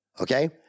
okay